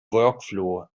workflow